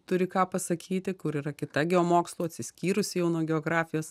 turi ką pasakyti kur yra kita geomokslų atsiskyrusi jau nuo geografijos